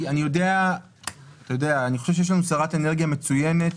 אני חושב שיש לנו שרת אנרגיה מצוינת,